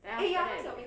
then after that